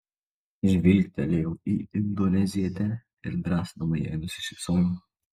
žvilgtelėjau į indonezietę ir drąsinamai jai nusišypsojau